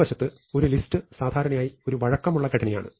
മറുവശത്ത് ഒരു ലിസ്റ്റ് സാധാരണയായി ഒരു വഴക്കമുള്ള ഘടനയാണ്